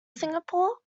singapore